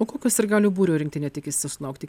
o kokio sirgalių būrio rinktinė tikisi sulaukti